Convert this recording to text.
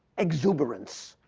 exuberance,